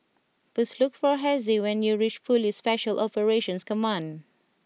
please look for Hezzie when you reach Police Special Operations Command